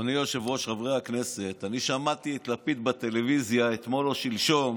אדוני היושב-ראש, חברי הכנסת, אתמול או שלשום